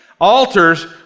Altars